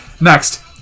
Next